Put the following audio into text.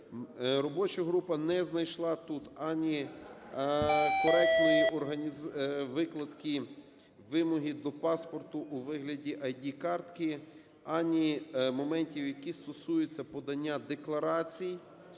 робоча група не знайшла тут ані коректної викладки вимоги до паспорту у вигляді ІD-картки, ані моментів, які стосуються подання декларацій,